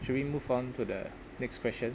should we move on to the next question